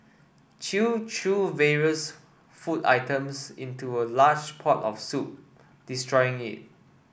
chew threw various food items into a large pot of soup destroying it